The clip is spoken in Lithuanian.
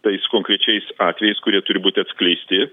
tais konkrečiais atvejais kurie turi būti atskleisti